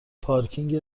پارکینگ